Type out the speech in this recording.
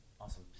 Awesome